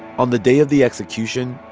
on the day of the execution,